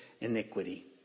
Iniquity